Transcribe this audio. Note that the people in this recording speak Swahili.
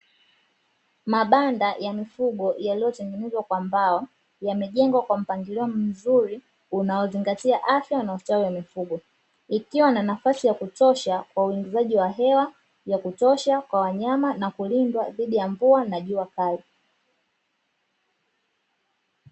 Mabanda ya mifungo yaliyotengenezwa kwa mbao, yamejengwa kwa mpangilio mzuri unaozingatia afya na ustawi wa mifugo. Ikiwa na nafasi ya kutosha kwa uingizaji wa hewa ya kutosha, kwa wanyama na kulinda dhidi ya mvua na jua kali.